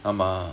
um uh